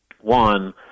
one